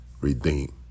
redeem